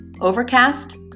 Overcast